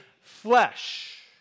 flesh